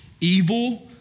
evil